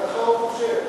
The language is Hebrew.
ככה הוא מתנהל.